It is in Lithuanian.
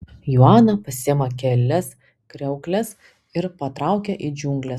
joana pasiima kelias kriaukles ir patraukia į džiungles